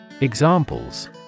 Examples